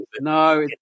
No